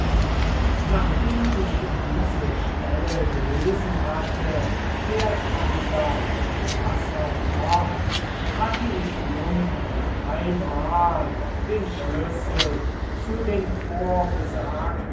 nachdem ich diese stelle gelesen hatte fährt unser verfasser fort so hatte ich nun auf einmal den schlüssel zu den